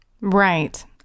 Right